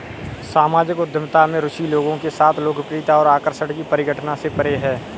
सामाजिक उद्यमिता में रुचि लोगों के साथ लोकप्रियता और आकर्षण की परिघटना से परे है